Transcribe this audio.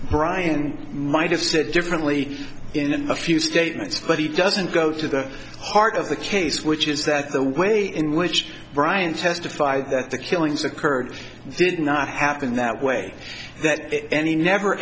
brian might have said differently in a few statements but it doesn't go to the heart of the case which is that the way in which brian testified that the killings occurred did not happen that way that any never